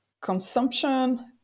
consumption